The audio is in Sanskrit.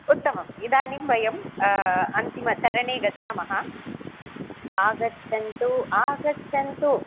उत्तमम् इदानीं वयम् अन्तिमचरणे गच्छामः आगच्छन्तु आगच्छन्तु